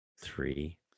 three